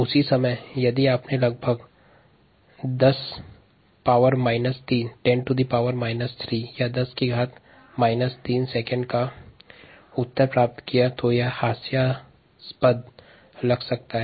साथ ही यदि 10 3 सेकंड का उत्तर प्राप्त हुआ तब भी यह हास्यास्पद लगता है